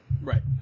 right